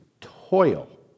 toil